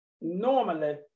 normally